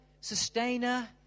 sustainer